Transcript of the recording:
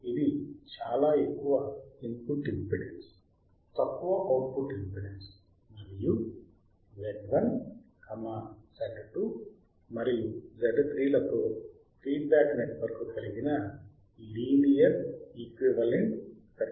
ఇది చాలా ఎక్కువ ఇన్పుట్ ఇంపెడెన్స్ తక్కువ అవుట్పుట్ ఇంపెడెన్స్ మరియు Z1 Z2 మరియు Z3 లతో ఫీడ్బ్యాక్ నెట్వర్క్ కలిగిన లీనియర్ ఈక్వీవలెంట్ సర్క్యూట్